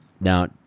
Now